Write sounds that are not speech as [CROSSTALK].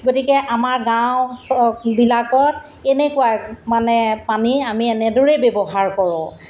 গতিকে আমাৰ গাঁও [UNINTELLIGIBLE] বিলাকত এনেকুৱা মানে পানী আমি এনেদৰেই ব্যৱহাৰ কৰোঁ